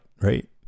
right